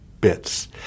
bits